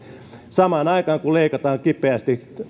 samaan aikaan kun leikataan kipeästi